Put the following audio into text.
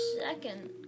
second